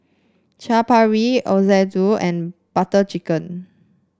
Chaat Papri Ochazuke and Butter Chicken